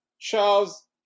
Charles